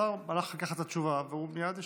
השר הלך לקחת את התשובה והוא מייד ישיב.